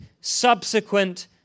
subsequent